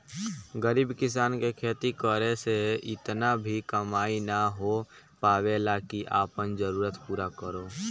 गरीब किसान के खेती करे से इतना भी कमाई ना हो पावेला की आपन जरूरत पूरा करो